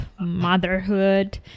motherhood